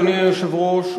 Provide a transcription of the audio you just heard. אדוני היושב-ראש,